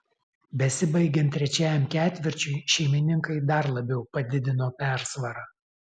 besibaigiant trečiajam ketvirčiui šeimininkai dar labiau padidino persvarą